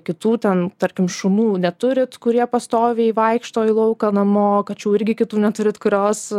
kitų ten tarkim šunų neturit kurie pastoviai vaikšto į lauką namo kačių irgi kitų neturit kurios